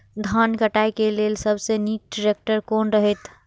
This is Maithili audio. धान काटय के लेल सबसे नीक ट्रैक्टर कोन रहैत?